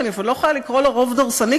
שאני אפילו לא יכולה לקרוא לו "רוב דורסני",